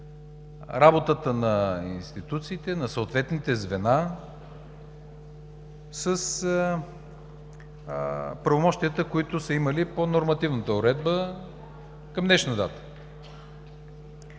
работата на институциите, на съответните звена с правомощията, които са имали по нормативната уредба към днешна дата?